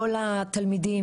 לא לתלמידים.